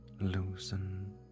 loosen